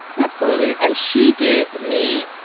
absolutely. and she gave me,